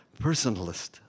personalist